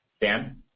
Dan